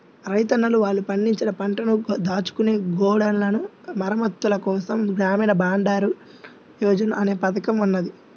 రైతన్నలు వాళ్ళు పండించిన పంటను దాచుకునే గోడౌన్ల మరమ్మత్తుల కోసం గ్రామీణ బండారన్ యోజన అనే పథకం ఉన్నది